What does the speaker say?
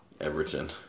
Everton